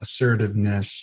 assertiveness